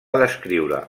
descriure